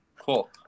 Cool